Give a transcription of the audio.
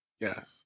Yes